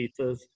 pizzas